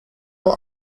will